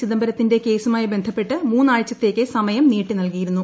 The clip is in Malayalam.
ചിദംബരത്തിന്റെ കേസുമായി ബന്ധപ്പെട്ട് മൂന്നാഴ്ചത്തേക്ക് സമയം നീട്ടി നൽകിയിരുന്നു